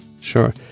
Sure